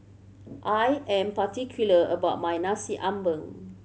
I am particular about my Nasi Ambeng